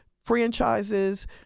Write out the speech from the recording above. franchises